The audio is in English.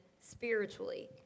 spiritually